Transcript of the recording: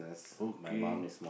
okay